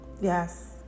yes